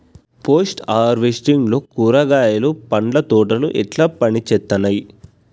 Post harvesting లో కూరగాయలు పండ్ల తోటలు ఎట్లా పనిచేత్తనయ్?